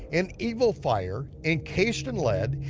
an evil fire encased in lead,